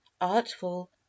artful